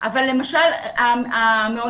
אבל למשל המעונות,